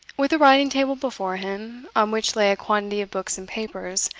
with a writing-table before him, on which lay a quantity of books and papers,